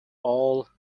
all